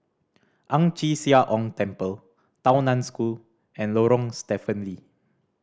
Ang Chee Sia Ong Temple Tao Nan School and Lorong Stephen Lee